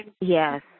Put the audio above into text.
Yes